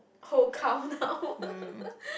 whole cow now